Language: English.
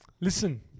Listen